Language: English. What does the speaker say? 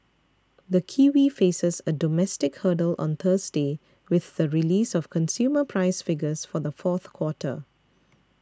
the kiwi faces a domestic hurdle on Thursday with the release of consumer price figures for the fourth quarter